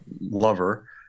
lover